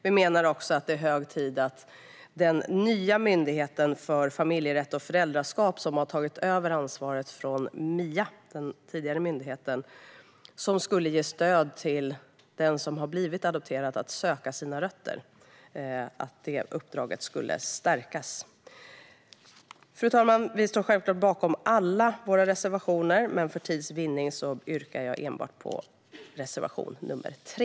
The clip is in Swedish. Vi menar också att det är hög tid att stärka uppdraget till den nya myndigheten för familjerätt och föräldraskap, som har tagit över ansvaret från den tidigare myndigheten Mia, att stödja den som blivit adopterad i sökandet efter sina rötter. Fru talman! Jag står självklart bakom alla våra reservationer, men för tids vinnande yrkar jag bifall enbart till reservation nr 3.